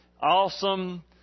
Awesome